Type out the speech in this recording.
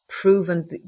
proven